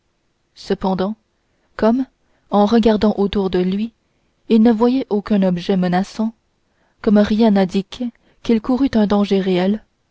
cependant comme en regardant autour de lui il ne voyait aucun objet menaçant comme rien n'indiquait qu'il courût un danger réel